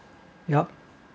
yup